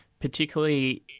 particularly